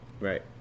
right